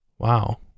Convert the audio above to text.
wow